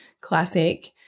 classic